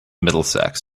middlesex